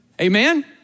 Amen